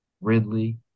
Ridley